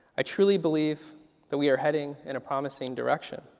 i trulily believe that we are heading in a promising direction.